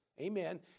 Amen